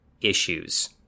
issues